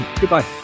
goodbye